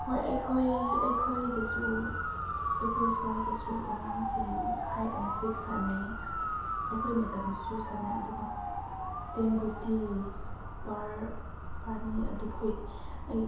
ꯍꯣꯏ ꯑꯩꯈꯣꯏ ꯑꯩꯈꯣꯏꯗꯁꯨ ꯑꯩꯈꯣꯏ ꯁ꯭ꯋꯥꯏꯗꯁꯨ ꯑꯉꯥꯡꯁꯤꯡ ꯍꯥꯏꯠ ꯑꯦꯟ ꯁꯤꯛ ꯁꯥꯟꯅꯩ ꯑꯩꯈꯣꯏ ꯃꯇꯝꯗꯁꯨ ꯁꯥꯟꯅꯩ ꯑꯗꯨꯒ ꯇꯦꯟꯒꯨꯇꯤ ꯄꯥꯔ ꯄꯥꯅꯤ ꯑꯗꯨꯈꯣꯏꯗꯤ ꯑꯩ